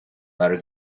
louder